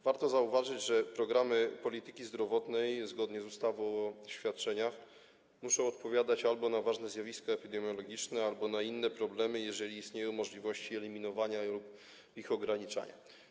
Warto zauważyć, że programy polityki zdrowotnej, zgodnie z ustawą o świadczeniach, muszą odpowiadać albo na ważne zjawisko epidemiologiczne, albo na inne problemy, jeżeli istnieją możliwości ich eliminowania lub ograniczania.